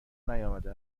نیامده